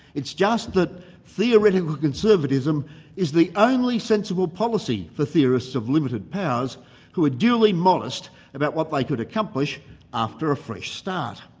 it's just that theoretical conservatism is the only sensible policy for theorists of limited powers who are duly modest about what they like could accomplish after a fresh start.